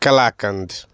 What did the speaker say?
kalakand